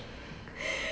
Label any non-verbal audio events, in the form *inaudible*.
*laughs*